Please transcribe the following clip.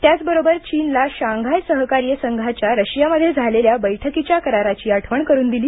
त्याचबरोबर चीनला शांघाय सहकार्य संघाच्या रशियामध्ये झालेल्या बैठकीच्या कराराची आठवण करून दिली